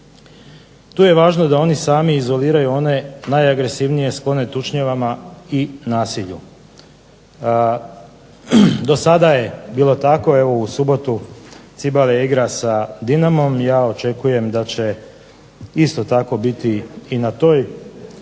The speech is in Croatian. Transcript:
Tu je važno da oni sami izoliraju one najagresivnije, sklone tučnjavama i nasilju. Do sada je bilo tako, evo u subotu Cibalia igra sa Dinamom, ja očekujem da će isto tako biti i na toj